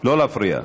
לא להפריע.